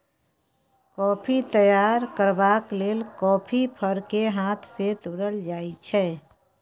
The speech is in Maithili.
कॉफी तैयार करबाक लेल कॉफी फर केँ हाथ सँ तोरल जाइ छै